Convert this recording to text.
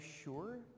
sure